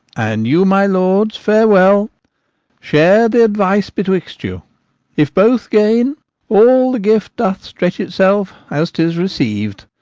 and you, my lords, farewell share the advice betwixt you if both gain all, the gift doth stretch itself as tis receiv'd,